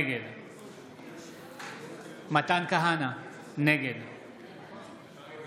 נגד מתן כהנא, נגד